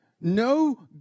No